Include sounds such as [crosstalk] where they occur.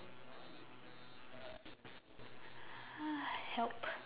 [noise] help